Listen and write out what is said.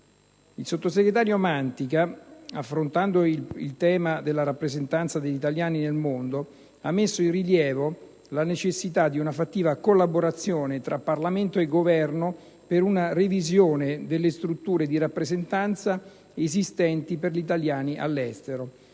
Il sottosegretario Mantica, affrontando il tema della rappresentanza degli italiani nel mondo, ha messo in rilievo la necessità di una fattiva collaborazione tra Parlamento e Governo per una revisione delle strutture di rappresentanza esistenti per gli italiani all'estero.